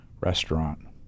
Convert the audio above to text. restaurant